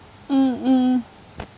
mm mm